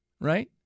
right